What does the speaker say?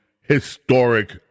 historic